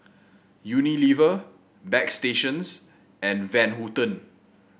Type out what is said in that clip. Unilever Bagstationz and Van Houten